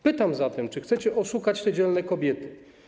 Pytam zatem: Czy chcecie oszukać te dzielne kobiety?